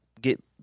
get